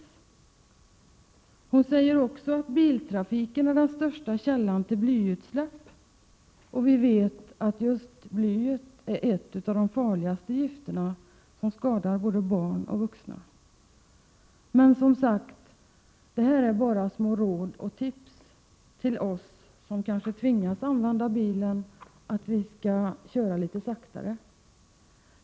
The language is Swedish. Vidare säger Birgitta Dahl: ”Biltrafiken är den största källan till blyutsläpp.” Vi vet att just blyet är ett av de farligaste gifterna, som skadar både barn och vuxna. Detta är alltså bara små råd och tips till oss som kanske tvingas använda bilen att vi skall köra litet saktare.